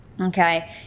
Okay